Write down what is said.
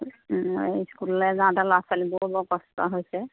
স্কুললৈ যাওঁতে ল'ৰা ছোৱালীবোৰ বৰ কষ্ট হৈছে